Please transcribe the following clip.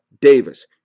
Davis